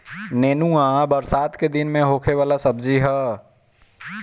नेनुआ बरसात के दिन में होखे वाला सब्जी हअ